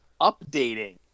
updating